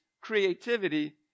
creativity